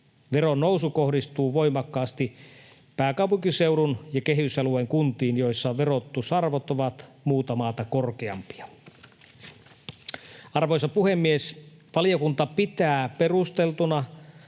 Veron nousu kohdistuu voimakkaasti pääkaupunkiseudun ja kehysalueen kuntiin, joissa verotusarvot ovat muuta maata korkeampia. Arvoisa puhemies! Valiokunta pitää perusteltuna